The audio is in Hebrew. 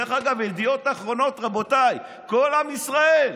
דרך אגב, בידיעות אחרונות, רבותיי, כל עם ישראל: